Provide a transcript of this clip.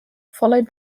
followed